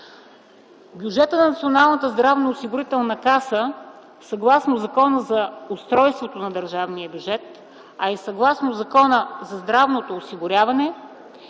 Бюджетът на Националната здравноосигурителна каса съгласно Закона за устройството на държавния бюджет, а и съгласно Закона за здравното осигуряване